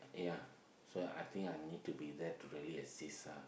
yeah so I think I need to be there to really assist her